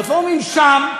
הרפורמים שם,